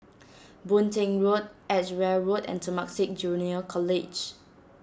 Boon Teck Road Edgeware Road and Temasek Junior College